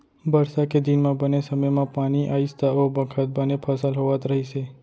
बरसा के दिन म बने समे म पानी आइस त ओ बखत बने फसल होवत रहिस हे